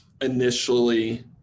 initially